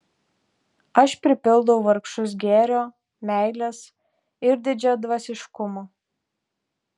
aš pripildau vargšus gėrio meilės ir didžiadvasiškumo